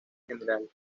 general